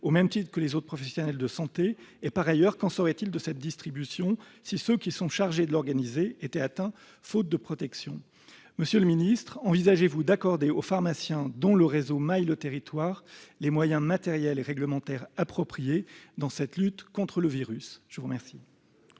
au même titre que les autres professionnels de santé ? Qu'en serait-il de cette distribution si ceux qui sont chargés de l'organiser étaient atteints, faute de protection ? Monsieur le ministre, envisagez-vous d'accorder aux pharmaciens, dont le réseau maille le territoire, les moyens matériels et réglementaires appropriés dans cette lutte contre le virus ? La parole